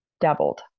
Doubled